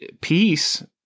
peace